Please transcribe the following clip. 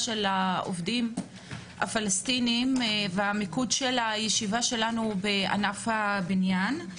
של העובדים הפלסטינים ומיקוד הישיבה שלנו הוא בענף הבניין.